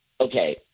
Okay